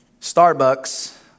Starbucks